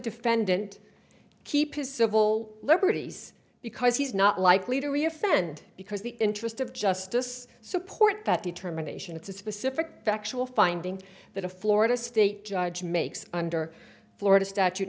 defendant keep his civil liberties because he's not likely to re offend because the interest of justice support that determination it's a specific factual finding that a florida state judge makes under florida statu